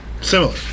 Similar